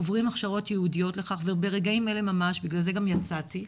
עוברים הכשרות ייעודים לכך וברגעים אלה ממש-בגלל זה גם יצאתי,